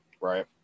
right